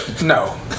No